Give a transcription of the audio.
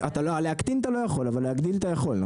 להקטין אתה לא יכול, אבל להגדיל אתה יכול?